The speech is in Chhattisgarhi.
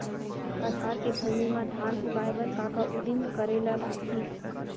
कछार के भूमि मा धान उगाए बर का का उदिम करे ला लागही?